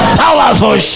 powerful